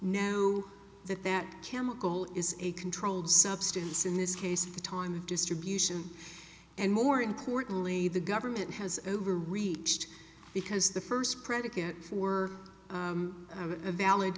know that that chemical is a controlled substance in this case of the time of distribution and more importantly the government has overreached because the first predicate for a valid